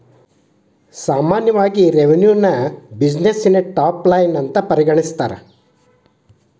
ಸಾಮಾನ್ಯವಾಗಿ ರೆವೆನ್ಯುನ ಬ್ಯುಸಿನೆಸ್ಸಿನ ಟಾಪ್ ಲೈನ್ ಅಂತ ಪರಿಗಣಿಸ್ತಾರ?